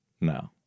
No